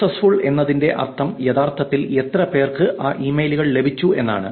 successful എന്നതിന്റെ അർത്ഥം യഥാർത്ഥത്തിൽ എത്ര പേർക്ക് ആ ഇമെയിലുകൾ ലഭിച്ചുവെന്നാണ്